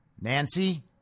Nancy